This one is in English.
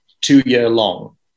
two-year-long